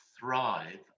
thrive